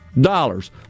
dollars